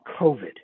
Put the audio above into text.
COVID